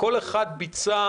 כל אחד ביצע